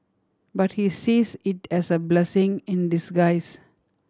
but he sees it as a blessing in disguise